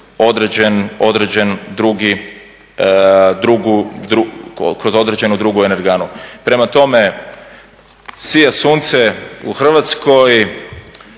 panele ili kroz određenu drugu energanu. Prema tome, sija sunce u Hrvatskoj,